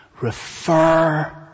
refer